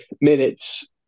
minutes